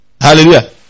Hallelujah